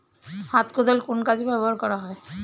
হাত কোদাল কোন কাজে ব্যবহার করা হয়?